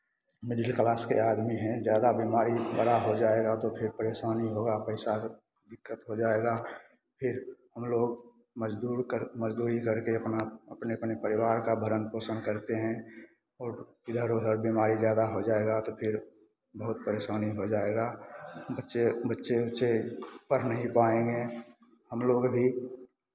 middle class के आदमी हैं ज़्यादा बीमारी बड़ा हो जाएगा तो फिर परेशानी होगा पैसा का दिक्कत हो जाएगा फिर हम लोग मज़दूर कर मज़दूरी करके अपना अपने अपने परिवार का भरन पोषन करते हैं और इधर उधर बीमारी ज़्यादा हो जाएगा तो फिर बहुत परेशानी हो जाएगा बच्चे बच्चे उच्चे पढ़ नहीं पाएँगे हम लोग भी